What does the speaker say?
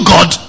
God